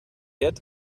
yet